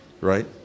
right